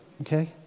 okay